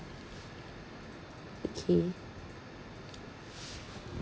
okay